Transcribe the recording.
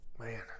Man